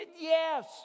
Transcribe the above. yes